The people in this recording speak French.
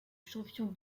champion